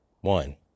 one